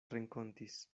renkontis